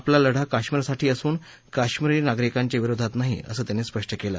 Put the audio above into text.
आपला लढा काश्मिरसाठी असून काश्मिरी नागरिकांच्या विरोधात नाही असं त्यांनी स्पष्ट केलं